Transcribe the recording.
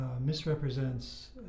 misrepresents